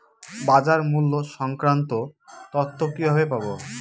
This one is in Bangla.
বাজার মূল্য সংক্রান্ত তথ্য কিভাবে পাবো?